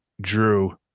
Drew